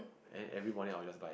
then every morning I will just buy